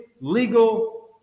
legal